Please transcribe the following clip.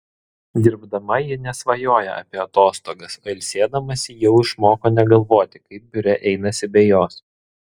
dirbdama ji nesvajoja apie atostogas o ilsėdamasi jau išmoko negalvoti kaip biure einasi be jos